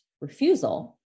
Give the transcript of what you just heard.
refusal